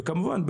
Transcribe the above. וכמובן,